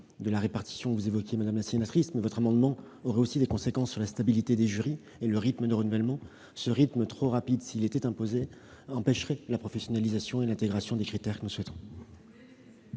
de la répartition que vous évoquez, madame la sénatrice. Mais votre amendement aurait aussi des conséquences sur la stabilité des jurys et le rythme de renouvellement. Un rythme trop rapide, s'il était imposé, empêcherait la professionnalisation et l'intégration des critères que nous souhaitons